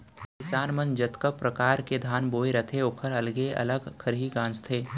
किसान मन जतका परकार के धान बोए रथें ओकर अलगे अलग खरही गॉंजथें